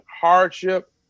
hardship